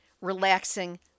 relaxing